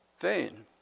vain